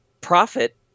profit